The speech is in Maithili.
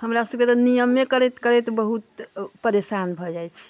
हमरा सभके तऽ नियमे करैत करैत बहुत परेशान भऽ जाइ छी